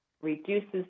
Reduces